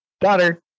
daughter